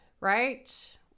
right